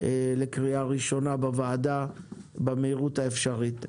לקריאה ראשונה בוועדה במהירות האפשרית.